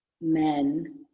men